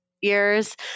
years